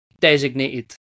designated